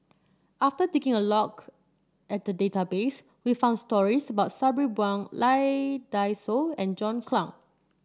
after taking a look at the database we found stories about Sabri Buang Lee Dai Soh and John Clang